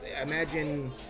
imagine